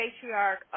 patriarch